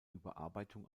überarbeitung